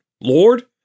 Lord